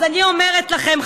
אז אני אומרת לכם,